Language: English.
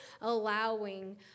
allowing